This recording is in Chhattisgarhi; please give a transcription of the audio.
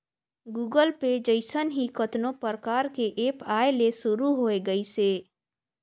गुगल पे जइसन ही कतनो परकार के ऐप आये ले शुरू होय गइसे